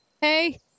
Hey